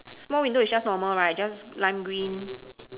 small window is just normal right just lime green